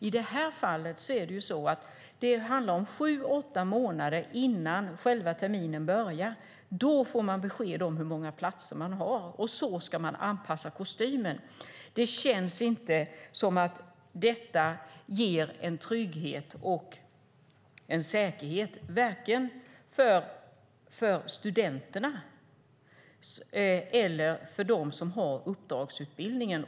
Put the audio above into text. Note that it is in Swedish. I det här fallet får man besked sju åtta månader innan terminen börjar om hur många platser man har, och så ska man anpassa kostymen. Det känns inte som att detta ger trygghet och säkerhet för vare sig studenterna eller dem som genomför uppdragsutbildningen.